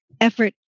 effort